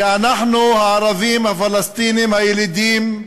שאנחנו, הערבים הפלסטינים הילידים,